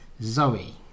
Zoe